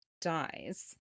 dies